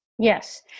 Yes